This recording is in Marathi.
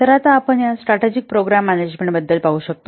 तर आता आपण या स्ट्रॅटजिक प्रोग्राम मॅनेजमेंट बद्दल पाहू शकतो